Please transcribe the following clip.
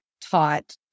taught